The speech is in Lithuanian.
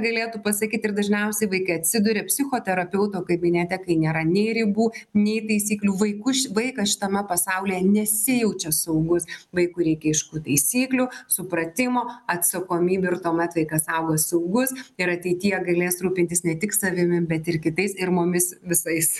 galėtų pasakyt ir dažniausiai vaikai atsiduria psichoterapeuto kabinete kai nėra nei ribų nei taisyklių vaikus vaikas šitame pasaulyje nesijaučia saugus vaikui reikia aiškų taisyklių supratimo atsakomybių ir tuomet vaikas auga saugus ir ateityje galės rūpintis ne tik savimi bet ir kitais ir mumis visais